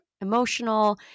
emotional